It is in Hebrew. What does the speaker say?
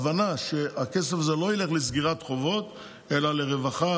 ההבנה היא שהכסף הזה לא ילך לסגירת חובות אלא לרווחה,